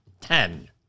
ten